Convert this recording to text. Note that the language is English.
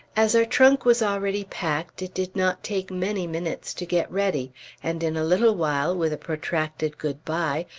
as our trunk was already packed, it did not take many minutes to get ready and in a little while, with a protracted good-bye,